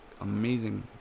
Amazing